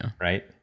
Right